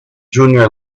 junior